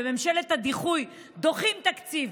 בממשלת הדיחוי דוחים תקציב,